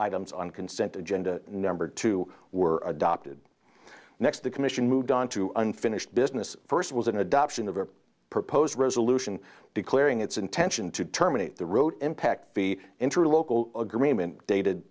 items on consent agenda number two were adopted next the commission moved on to unfinished business first was an adoption of a proposed resolution declaring its intention to terminate the road impact fee interloping agreement dated